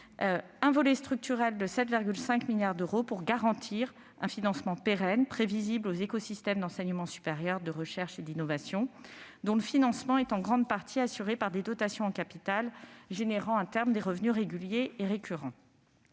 un volet structurel de 7,5 milliards d'euros garantira un financement pérenne et prévisible aux écosystèmes d'enseignement supérieur, de recherche et d'innovation, dont le financement est en grande partie assuré par des dotations en capital produisant, à terme, des revenus réguliers et récurrents.